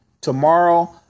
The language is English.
tomorrow